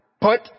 put